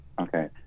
Okay